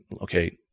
okay